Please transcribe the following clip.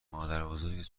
مادربزرگت